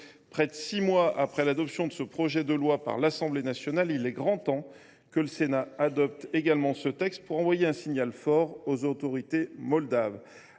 Près de six mois après l’adoption de ce projet de loi par l’Assemblée nationale, il est grand temps que le Sénat adopte également ce texte, pour envoyer un signal fort aux autorités moldaves.